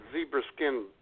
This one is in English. zebra-skin